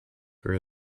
were